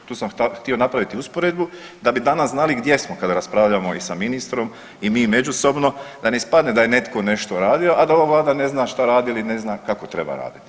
Tu sam htio napraviti usporedbu, da bi danas znali gdje smo kada raspravljamo i sa ministrom i mi međusobno, da ne ispadne da je netko nešto radio, a da ova Vlada ne zna šta radi ili ne zna kako treba raditi.